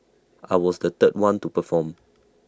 I was the third one to perform